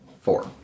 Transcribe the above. four